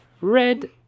Red